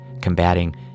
combating